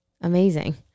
amazing